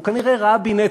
הוא כנראה ראה בי נטל.